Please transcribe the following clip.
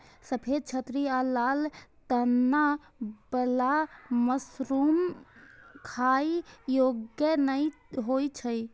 सफेद छतरी आ लाल तना बला मशरूम खाइ योग्य नै होइ छै